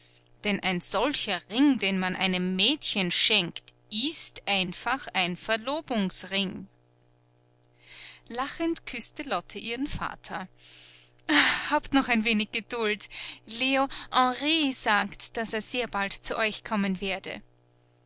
denn ein solcher ring den man einem mädchen schenkt ist einfach ein verlobungsring lachend küßte lotte ihren vater habt noch ein wenig geduld leo henry sagt daß er sehr bald zu euch kommen werde